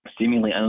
seemingly